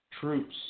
Troops